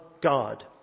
God